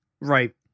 Right